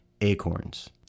acorns